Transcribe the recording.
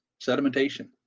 sedimentation